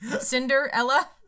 Cinderella